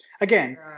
again